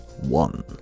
One